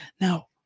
Now